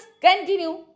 continue